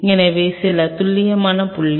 எனவே அது துல்லியமாக புள்ளி